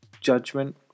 judgment